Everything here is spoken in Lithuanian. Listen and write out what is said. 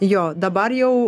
jo dabar jau